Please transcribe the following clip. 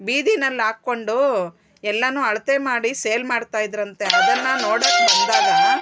ಬೀದಿನಲ್ಲಿ ಹಾಕ್ಕೊಂಡು ಎಲ್ಲಾ ಅಳತೆ ಮಾಡಿ ಸೇಲ್ ಮಾಡ್ತಾಯಿದ್ರಂತೆ ಅದನ್ನು ನೋಡೋಕ್ ಬಂದಾಗ